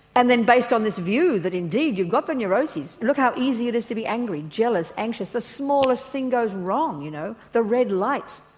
and then based on this view that indeed you've got the neuroses look how easy it is to be angry, jealous, anxious the smallest thing goes wrong you know, the red light,